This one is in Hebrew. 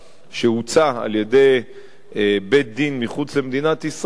שהוצא על-ידי בית-דין מחוץ למדינת ישראל